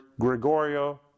Gregorio